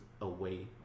away